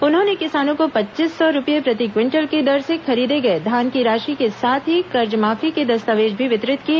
उन्होंने किसानों को पच्चीस सौ रूपये प्रति क्विंटल की दर से खरीदे गए धान की राशि के साथ ही कर्जमाफी के दस्तावेज भी वितरित किए